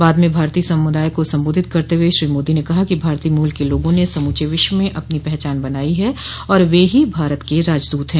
बाद में भारतीय समुदाय को संबोधित करते हुए श्री मोदी ने कहा कि भारतीय मूल के लोगों ने समूचे विश्व में अपनी पहचान बनाई है और वे ही भारत के राजदूत हैं